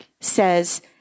says